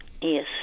Yes